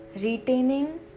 retaining